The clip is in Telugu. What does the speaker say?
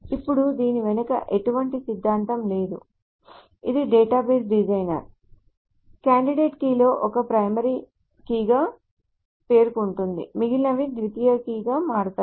ఇప్పుడు దీని వెనుక ఎటువంటి సిద్ధాంతం లేదు ఇదే డేటాబేస్ డిజైనర్ అభ్యర్థి కీలలో ఒకదాన్ని ప్రైమరీ కీ గా పేర్కొంటుంది మిగిలినవి ద్వితీయ కీలుగా మారుతాయి